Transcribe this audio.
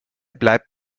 bleibt